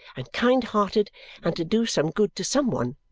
and kind-hearted and to do some good to some one,